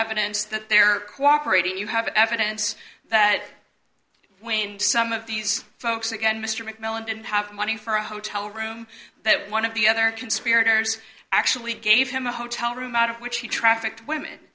evidence that they're cooperating you have evidence that when some of these folks again mr mcmillan didn't have money for a hotel room that one of the other conspirators actually gave him a hotel room out of which he trafficked women